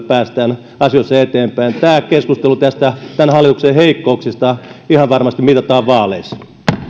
päästään asioissa eteenpäin kaksituhattakolmekymmentä luvulle tämä keskustelu näistä tämän hallituksen heikkouksista ihan varmasti mitataan vaaleissa